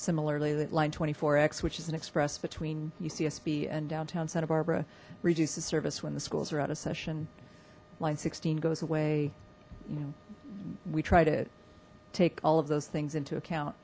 similarly the line twenty four x which is an express between ucsb and downtown santa barbara reduces service when the schools are out of session line sixteen goes away you know we try to take all of those things into account